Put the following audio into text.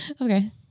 Okay